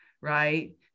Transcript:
right